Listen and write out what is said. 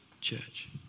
church